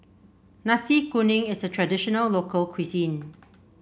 Nasi Kuning is a traditional local cuisine